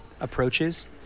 approaches